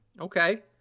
Okay